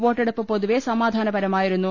വോട്ടെടുപ്പ് പൊതുവെ സമാധാനപരമായിരുന്നു